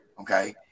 okay